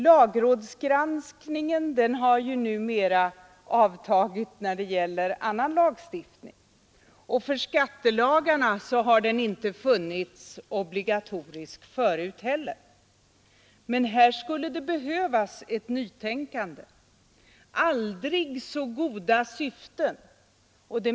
Lagrådsgranskningen har ju numera avtagit när det gäller annan lagstiftning, och för skattelagarna har den inte funnits obligatoriskt förut heller. Men här skulle det behövas ett nytänkande.